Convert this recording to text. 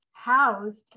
housed